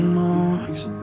marks